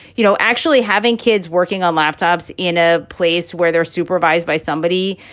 you know, actually having kids working on laptops in a place where they're supervised by somebody,